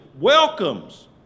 welcomes